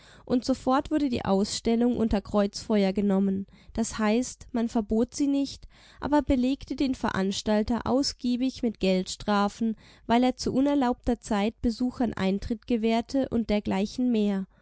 und sofort wurde die ausstellung unter kreuzfeuer genommen d h man verbot sie nicht aber belegte den veranstalter ausgiebig mit geldstrafen weil er zu unerlaubter zeit besuchern eintritt gewährte u dgl mehr